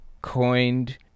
coined